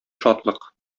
шатлык